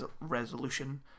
resolution